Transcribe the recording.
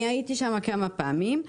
הייתי שם כמה פעמים.